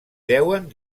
deuen